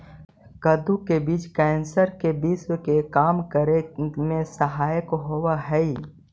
कद्दू के बीज कैंसर के विश्व के कम करे में सहायक होवऽ हइ